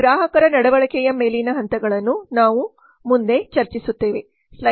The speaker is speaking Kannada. ಗ್ರಾಹಕರ ನಡವಳಿಕೆಯ ಮೇಲಿನ ಹಂತಗಳನ್ನು ನಾವು ಮುಂದಿನ ಚರ್ಚಿಸುತ್ತೇವೆ